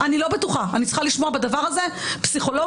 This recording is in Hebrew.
אני צריכה לשמוע בדבר הזה פסיכולוגים,